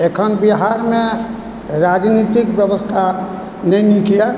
एखन बिहारमे राजनीतिक व्यवस्था नहि नीक यऽ